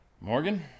Morgan